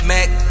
Mac